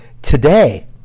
Today